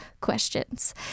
questions